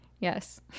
Yes